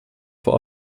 vor